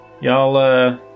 y'all